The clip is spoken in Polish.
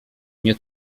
mnie